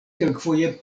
kelkfoje